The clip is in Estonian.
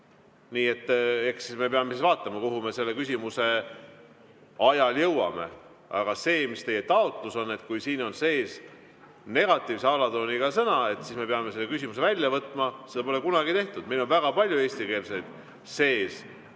Nii et eks me peame siis vaatama, kuhu me selle küsimuse ajal jõuame. Aga see, mis teie taotlus on, et kui siin on sees negatiivse alatooniga sõna, siis me peame selle küsimuse välja võtma – seda pole kunagi tehtud. Meil on väga palju selliseid